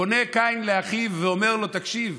פונה קין לאחיו ואומר לו: תקשיב,